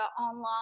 online